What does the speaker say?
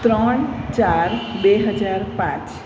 ત્રણ ચાર બે હજાર પાંચ